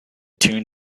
tune